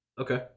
okay